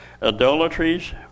adulteries